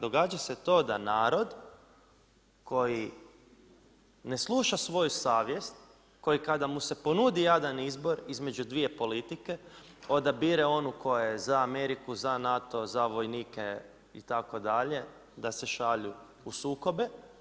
Događa se to da narod koji ne sluša svoju savjest, koji kada mu se ponudi jadan izbor između dvije politike odabire onu koja je za Ameriku, za NATO, za vojnike itd. da se šalju u sukobe.